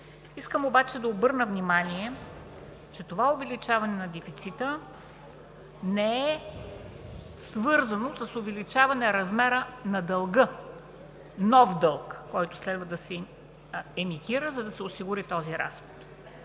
Искам обаче да обърна внимание, че това увеличаване на дефицита не е свързано с увеличаване размера на дълга – нов дълг, който следва да се емитира, за да се осигури този разход,